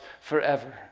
forever